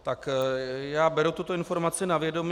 Tak já beru tuto informaci na vědomí.